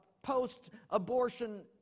Post-abortion